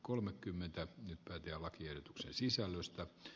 nyt päätetään lakiehdotuksen sisällöstä